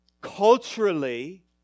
culturally